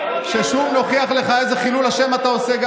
ששוב נוכיח לך איזה חילול השם אתה עושה,